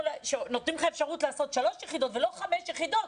שנותנים לו אפשרות להיבחן בשלוש יחידות ולא בחמש יחידות,